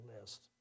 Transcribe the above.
list